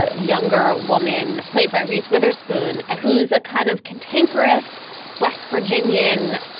ah younger woman played by reese witherspoon, who's a kind of cantankerous west virginian,